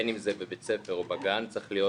בין אם זה בבית ספר או בגן, צריך להיות